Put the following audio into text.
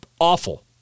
awful